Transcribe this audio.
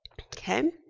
Okay